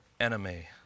enemy